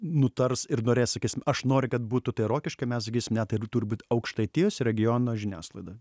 nutars ir norės sakysim aš noriu kad būtų tai rokišky mes sakysim ne tai ir turi būt aukštaitijos regiono žiniasklaida